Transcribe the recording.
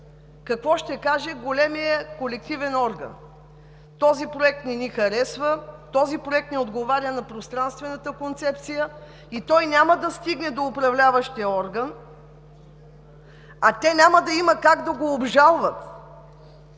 какво ще каже големият колективен орган? Този проект не ни харесва, този проект не отговаря на пространствената концепция и той няма да стигне до Управляващия орган, а няма да има и как да го обжалват.